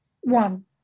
One